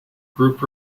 group